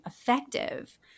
effective